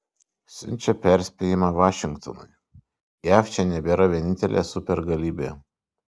siunčia perspėjimą vašingtonui jav čia nebėra vienintelė supergalybė